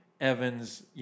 Evans